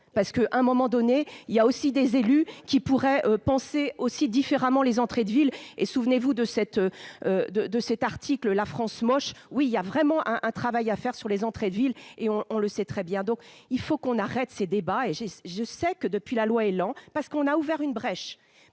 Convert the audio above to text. parce que à un moment donné il y a aussi des élus qui pourraient penser aussi différemment les entrées de ville et souvenez-vous de cette de de cet article, la France moche, oui, il y a vraiment un un travail à faire sur les entrées de ville et on, on le sait très bien, donc il faut qu'on arrête ces débats et j'ai, je sais que depuis la loi élan parce qu'on a ouvert une brèche